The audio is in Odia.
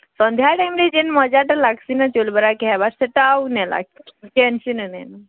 ସନ୍ଧ୍ୟା ଟାଇମ୍ରେ ଯେନ୍ ମଜାଟା ଲାଗ୍ସି ନା ଚଉଲ୍ ବରା ଖାଏବାର୍ ସେଟା ଆଉ ନାଇଁ କେନ୍ସିନ ନେଇଁନ